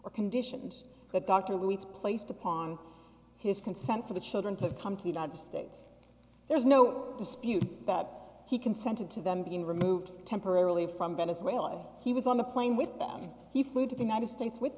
or conditions that dr louise placed upon his consent for the children to come to the united states there's no dispute that he consented to them being removed temporarily from venezuela he was on the plane with them he flew to the united states with